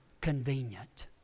convenient